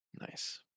Nice